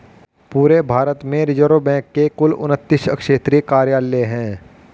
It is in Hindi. पूरे भारत में रिज़र्व बैंक के कुल उनत्तीस क्षेत्रीय कार्यालय हैं